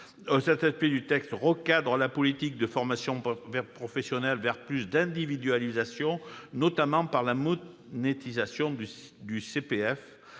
Le texte recadre la politique de formation professionnelle vers plus d'individualisation, notamment par la monétisation du